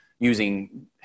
using